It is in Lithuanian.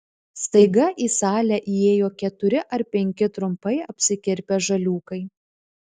staiga į salę įėjo keturi ar penki trumpai apsikirpę žaliūkai